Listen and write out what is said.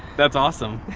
that's awesome.